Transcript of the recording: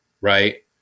right